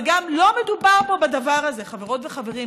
אבל גם לא מדובר פה בדבר הזה, חברות וחברים.